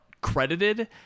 credited